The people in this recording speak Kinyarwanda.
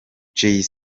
jay